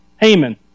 Haman